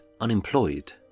unemployed